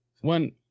one